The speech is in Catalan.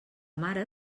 mare